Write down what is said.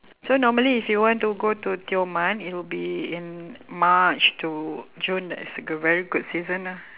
so normally if you want to go to tioman it'll be in march to june that's a goo~ very good season ah